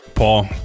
Paul